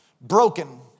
broken